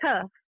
tough